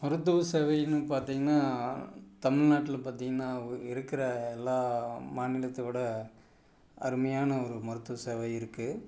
மருத்துவ சேவைன்னு பார்த்திங்கன்னா தமிழ்நாட்டில் பார்த்திங்கன்னா இருக்கிற எல்லா மாநிலத்தோடய அருமையான ஒரு மருத்துவ சேவை இருக்குது